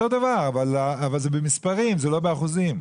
אותו דבר, אבל זה במספרים, זה לא באחוזים.